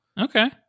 Okay